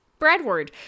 Bradward